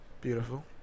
Beautiful